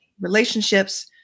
relationships